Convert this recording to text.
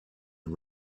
and